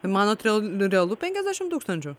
manote real realu penkiasdešimt tūkstančių